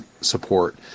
support